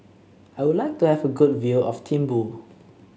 I would like to have a good view of Thimphu